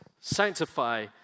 sanctify